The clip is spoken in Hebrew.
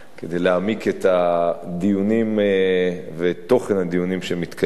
כדי להעמיק את הדיונים ואת תוכן הדיונים שמתקיימים